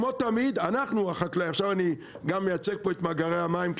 כמו תמיד אני עכשיו מייצג פה גם את מאגרי המים,